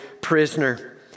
prisoner